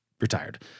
retired